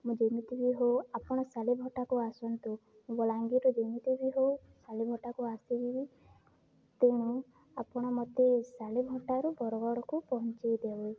ମୁଁ ଯେମିତି ବି ହେଉ ଆପଣ ସାଲେଭଟ୍ଟାକୁ ଆସନ୍ତୁ ବଲାଙ୍ଗୀର୍ରୁ ଯେମିତି ବି ହେଉ ସାଲେଭଟ୍ଟାକୁ ଆସିଯିବି ତେଣୁ ଆପଣ ମୋତେ ସାଲେଭଟ୍ଟାରୁ ବରଗଡ଼କୁ ପହଁଞ୍ଚେଇ ଦେବେ